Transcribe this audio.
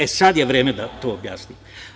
E, sad je vreme da to objasnim.